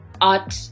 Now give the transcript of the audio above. art